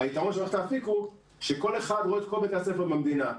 היתרון של מערכת האפיק הוא שכל אחד רואה את כל בתי הספר במדינה.